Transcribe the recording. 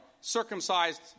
circumcised